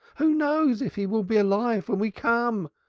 who knows if he will be alive when we come?